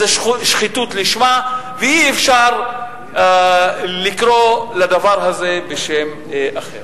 זה שחיתות לשמה, ואי-אפשר לקרוא לדבר הזה בשם אחר.